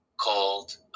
called